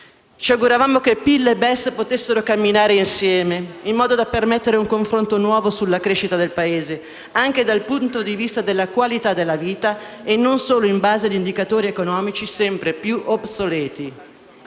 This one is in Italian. Ci auguravamo che PIL e BES potessero camminare insieme, in modo da permettere un confronto nuovo sulla crescita del Paese, anche dal punto di vista della qualità della vita e non solo in base agli indicatori economici sempre più obsoleti.